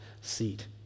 seat